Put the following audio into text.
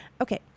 Okay